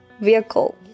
Vehicle